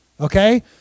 Okay